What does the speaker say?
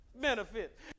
benefits